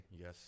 Yes